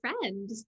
friend